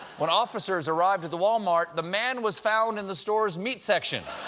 when officers arrived at the walmart, the man was found in the store's meat section.